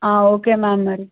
okay ma'am మరి